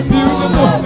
Beautiful